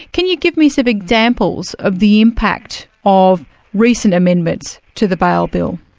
can you give me some examples of the impact of recent amendments to the bail bill?